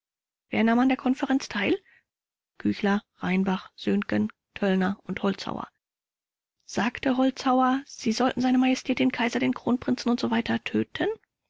wer nahm an der konferenz teil rupsch küchler rheinbach söhngen töllner und holzhauer vors sagte holzhauer sie sollten se majestät den kaiser den kronprinzen usw töten